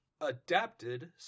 Adapted